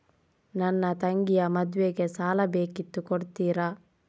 ನನ್ನ ತಂಗಿಯ ಮದ್ವೆಗೆ ಸಾಲ ಬೇಕಿತ್ತು ಕೊಡ್ತೀರಾ?